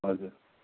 हजुर